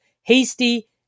hasty